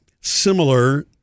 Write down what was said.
similar